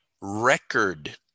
record